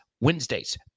Wednesdays